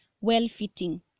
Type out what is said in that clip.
well-fitting